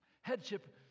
Headship